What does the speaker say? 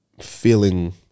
feeling